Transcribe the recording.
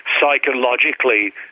psychologically